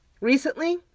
Recently